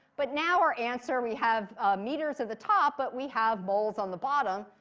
but now our answer, we have meters at the top, but we have moles on the bottom.